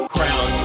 Crown